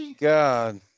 God